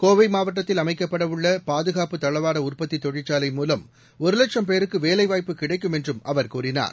கோவைமாவட்டத்தில் அமைக்கப்படஉள்ளபாதுகாப்பு தளவாடஉற்பத்திதொழிற்சாலை மூலம் ஒருலட்சம் பேருக்குவேலைவாய்ப்பு கிடைக்கும் என்றும் அவர் கூறினார்